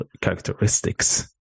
characteristics